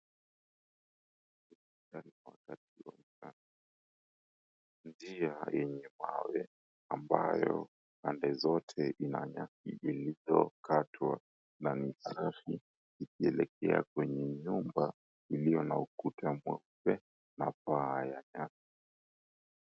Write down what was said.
Hapa ni wakati wa mchana. Njia yenye mawe ambayo pande zote ina nyasi zilizokatwa na ni safi ikielekea kwenye nyumba iliyo na ukuta mweupe na paa ya nyasi.